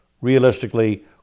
Realistically